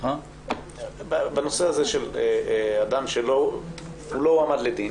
בנושא הזה של אדם שלא הועמד לדין